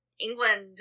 England